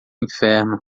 inferno